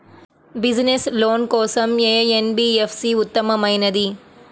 Business loan కోసం ఏ NBFC ఉత్తమమైనది?